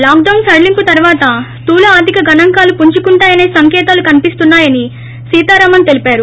lockdown సడలింపు తర్వాత స్టూల ఆర్దిక గణాంకాలు పుంజుకుంటున్నాయనే సంకేతాలు కన్పిస్తున్నాయని సీతారామన్ తెలిపారు